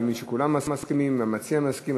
אני מבין שכולם מסכימים, וגם המציע מסכים.